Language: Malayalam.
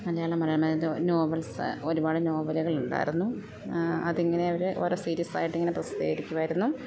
മലയാള മനോരമ നോവൽസ് ഒരുപാട് നോവലുകളുണ്ടായിരുന്നു അതിങ്ങനെ അവർ ഓരോ സീരീസ് ആയിട്ട് ഇങ്ങനെ പ്രസിദ്ധീകരിക്കുമായിരുന്നു